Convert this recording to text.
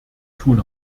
tun